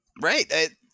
Right